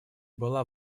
была